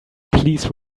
please